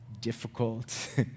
difficult